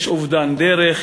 יש אובדן דרך,